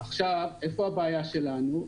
איפה הבעיה שלנו?